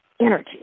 energy